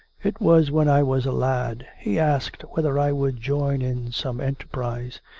it was when i was a lad. he asked whether i would join in some enterprise.